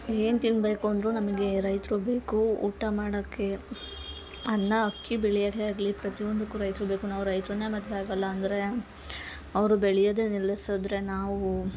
ಏನು ತಿನ್ನಬೇಕು ಅಂದ್ರು ನಮಗೆ ರೈತರು ಬೇಕು ಊಟ ಮಾಡಕೆ ಅನ್ನ ಅಕ್ಕಿ ಬೆಳೆಯದೇ ಆಗಲಿ ಪ್ರತಿಯೊಂದಕ್ಕೂ ರೈತ್ರು ಬೇಕು ನಾವು ರೈತರನ ಮದ್ವೆ ಆಗಲ್ಲ ಅಂದರೆ ಅವರು ಬೆಳಿಯೊದೇ ನಿಲ್ಲಸದ್ರೆ ನಾವು